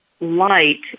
light